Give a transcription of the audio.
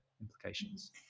implications